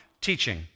teaching